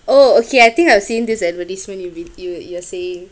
oh okay I think I've seen this advertisement you've been you you were saying